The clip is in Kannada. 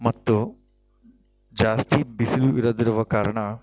ಮತ್ತು ಜಾಸ್ತಿ ಬಿಸಿಲು ಇರದಿರುವ ಕಾರಣ